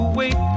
wait